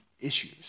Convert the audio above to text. issues